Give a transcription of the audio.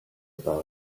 about